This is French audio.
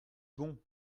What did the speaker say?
bon